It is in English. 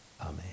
amen